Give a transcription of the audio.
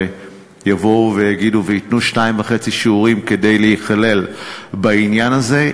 יבואו וייתנו שניים וחצי שיעורים כדי להיכלל בעניין הזה.